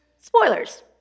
spoilers